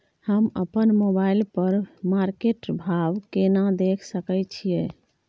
हम अपन मोबाइल पर मार्केट भाव केना देख सकै छिये?